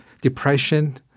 depression